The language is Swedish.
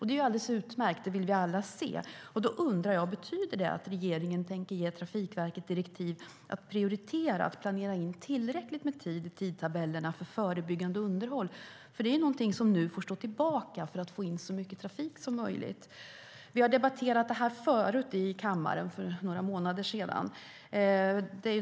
Det är alldeles utmärkt; det vill vi alla se. Betyder det att regeringen tänker ge Trafikverket direktiv att prioritera och planera in tillräckligt med tid i tidtabellerna för förebyggande underhåll? Det är ju någonting som nu får stå tillbaka för att få in så mycket trafik som möjligt. Vi har debatterat det här i kammaren förut, för några månader sedan.